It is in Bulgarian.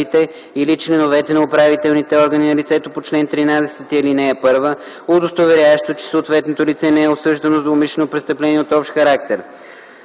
или членовете на управителните органи на лицето по чл. 13, ал. 1, удостоверяващо, че съответното лице не е осъждано за умишлено престъпление от общ характер;